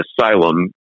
asylum